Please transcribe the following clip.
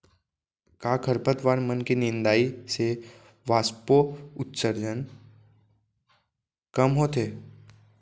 का खरपतवार मन के निंदाई से वाष्पोत्सर्जन कम होथे?